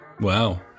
Wow